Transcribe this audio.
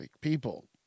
people